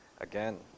again